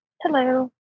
Hello